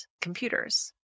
computers